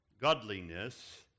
godliness